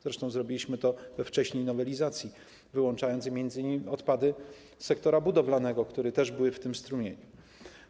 Zresztą zrobiliśmy to wcześniej w nowelizacji wyłączającej m.in. odpady sektora budowlanego, które też były w tym strumieniu.